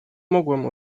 mogłam